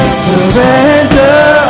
surrender